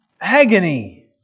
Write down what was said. agony